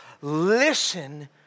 listen